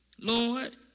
Lord